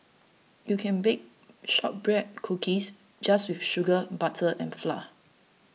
you can bake Shortbread Cookies just with sugar butter and flour